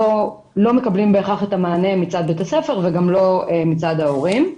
לא מקבלים בהכרח את המענה מצד בית הספר וגם לא מצד ההורים.